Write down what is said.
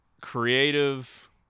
creative